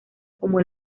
como